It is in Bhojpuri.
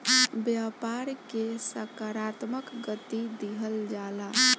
व्यापार के सकारात्मक गति दिहल जाला